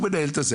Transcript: הוא מנהל את זה.